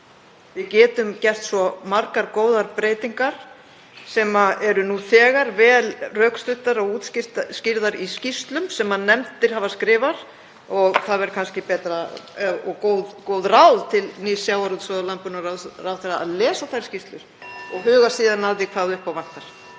Við getum gert svo margar góðar breytingar sem eru nú þegar vel rökstuddar og útskýrðar í skýrslum sem nefndir hafa skrifað. Það væri kannski gott ráð til nýs sjávarútvegs- og landbúnaðarráðherra að lesa þær skýrslur og huga síðan að því hvað upp á vantar.